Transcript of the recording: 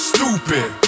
Stupid